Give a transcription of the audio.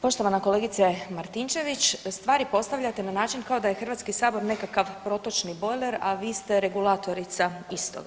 Poštovana kolegice Martinčević, stvari postavljate na način kao da je Hrvatski sabor nekakav protočni bojler, a vi ste regulatorica istoga.